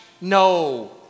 No